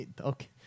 Okay